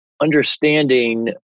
Understanding